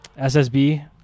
SSB